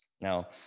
Now